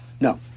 No